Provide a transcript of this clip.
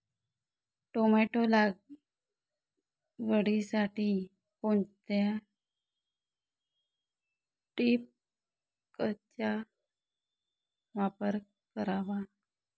Tomato लागवडीसाठी कोणत्या ठिबकचा वापर करावा?